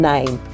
Nine